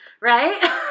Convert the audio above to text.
Right